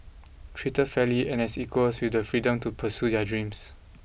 treated fairly and as equals with the freedom to pursue their dreams